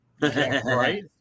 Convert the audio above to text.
Right